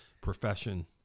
profession